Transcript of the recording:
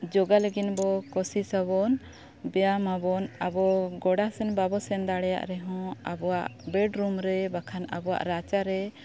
ᱡᱳᱜᱟ ᱞᱟᱹᱜᱤᱫ ᱵᱚᱱ ᱠᱩᱥᱤᱥᱟᱵᱚᱱ ᱵᱮᱭᱟᱢ ᱟᱵᱚᱱ ᱟᱵᱚ ᱜᱚᱰᱟᱥᱮᱱ ᱵᱟᱵᱚᱱ ᱥᱮᱱ ᱫᱟᱲᱮᱭᱟᱜ ᱨᱮᱦᱚᱸ ᱟᱵᱚᱣᱟᱜ ᱵᱮᱰ ᱨᱩᱢ ᱨᱮ ᱵᱟᱠᱷᱟᱱ ᱟᱵᱚᱣᱟᱜ ᱨᱟᱪᱟᱨᱮ